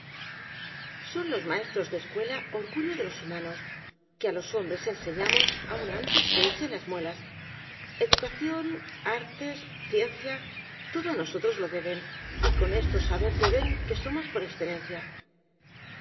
son los maestros de escuela orgullo de los humanos que á los hombres enseñamos aun antes que echen las muelas educación artes ciencia todo á nosotros lo deben y con esto saber deben que somos por excelencia